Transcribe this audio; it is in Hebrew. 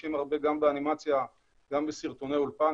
משתמשים הרבה באנימציה ובסרטוני אולפן,